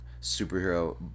superhero